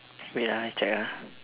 wait ah I check ah